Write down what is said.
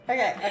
Okay